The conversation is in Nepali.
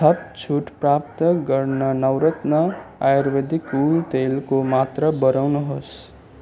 थप छुट प्राप्त गर्न नवरत्न आयुर्वेदिक कुल तेलको मात्र बढाउनुहोस्